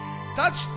touch